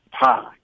pie